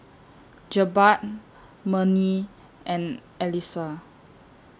Jebat Murni and Alyssa